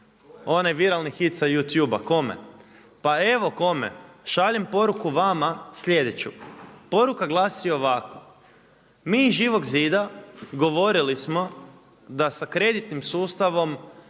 onaj viralni hit sa Youtubea, kome? Pa evo kome, šaljem poruku vama sljedeću. Poruka glasi ovako, mi iz Živog zida govorili smo da sa kreditnim sustavom